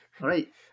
right